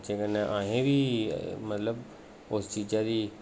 बच्चें कन्नै अहें बी मतलब उस चीजा दी